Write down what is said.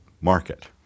market